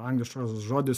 angliškas žodis